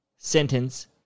Sentence